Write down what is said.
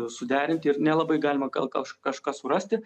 suderinti ir nelabai galima gal kaž kažką surasti